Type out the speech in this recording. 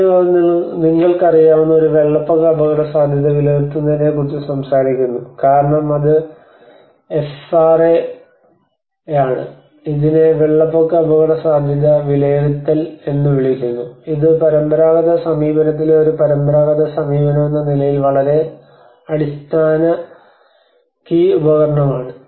ആദ്യം അവർ നിങ്ങൾക്കറിയാവുന്ന ഒരു വെള്ളപ്പൊക്ക അപകടസാധ്യത വിലയിരുത്തലിനെക്കുറിച്ച് സംസാരിക്കുന്നു കാരണം അത് എഫ്ആർഎയാണ് ഇതിനെ വെള്ളപ്പൊക്ക അപകടസാധ്യതാ വിലയിരുത്തൽ എന്ന് വിളിക്കുന്നു ഇത് പരമ്പരാഗത സമീപനത്തിലെ ഒരു പരമ്പരാഗത സമീപനമെന്ന നിലയിൽ വളരെ അടിസ്ഥാന കീ ഉപകരണമാണ്